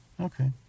Okay